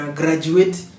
graduate